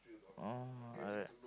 oh I